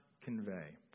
convey